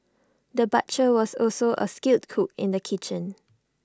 the butcher was also A skilled cook in the kitchen